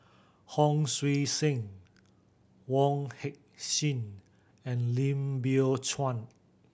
Hon Sui Sen Wong Heck Sing and Lim Biow Chuan